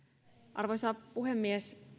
arvoisa puhemies